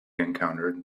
encountered